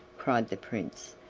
cried the prince,